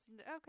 Okay